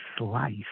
life